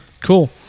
Cool